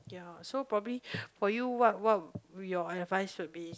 ya so probably for you what what your advice would be